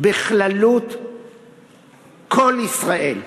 בכללות כל ישראל,